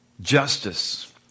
justice